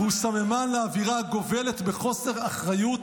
והוא סממן לאווירה הגובלת בחוסר אחריות